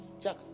Jack